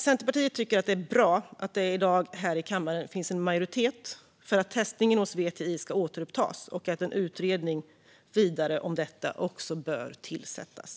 Centerpartiet tycker att det är bra att det i dag finns en majoritet här i kammaren för att testningen hos VTI ska återupptas och att en vidare utredning av detta bör tillsättas.